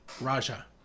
Raja